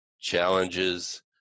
challenges